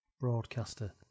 Broadcaster